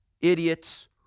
idiots